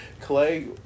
Clay